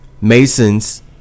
Masons